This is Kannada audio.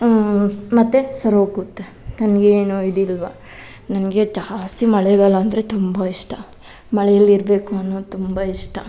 ಮತ್ತೆ ಸರಿ ಹೋಗುತ್ತೆ ನನಗೆ ಏನು ಇದಿಲ್ವ ನನಗೆ ಜಾಸ್ತಿ ಮಳೆಗಾಲ ಅಂದರೆ ತುಂಬ ಇಷ್ಟ ಮಳೆಯಲ್ಲಿರಬೇಕು ಅನ್ನೋದು ತುಂಬ ಇಷ್ಟ